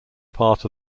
part